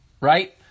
right